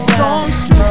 songstress